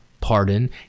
pardon